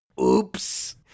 Oops